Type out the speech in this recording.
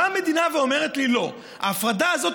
באה המדינה ואומרת לי: לא, ההפרדה הזאת